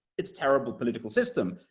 its terrible political system,